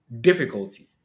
difficulty